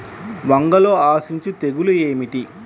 వంగలో ఆశించు తెగులు ఏమిటి?